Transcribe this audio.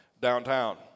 downtown